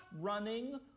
running